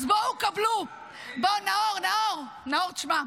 אז בואו, קבלו, בוא, נאור, נאור, תשמע.